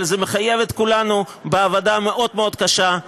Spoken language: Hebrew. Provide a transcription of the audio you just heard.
אבל זה מחייב את כולנו בעבודה מאוד מאוד קשה,